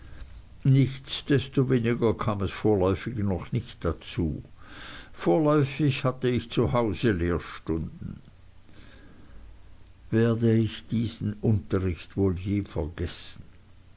nichtsdestoweniger kam es vorläufig noch nicht dazu vorläufig hatte ich zu hause lehrstunden werde ich diesen unterricht wohl je vergessen